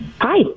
Hi